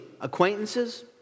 acquaintances